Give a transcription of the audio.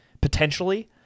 potentially